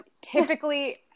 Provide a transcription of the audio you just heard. Typically